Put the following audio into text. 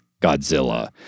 Godzilla